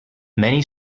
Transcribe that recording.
many